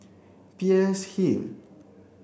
Peirce Hill